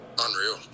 unreal